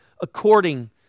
according